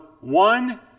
one